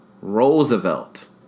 roosevelt